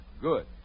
good